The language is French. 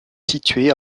située